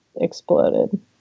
exploded